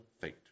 fate